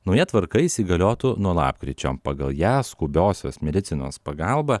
nauja tvarka įsigaliotų nuo lapkričio pagal ją skubiosios medicinos pagalba